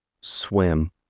swim